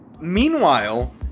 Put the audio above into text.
Meanwhile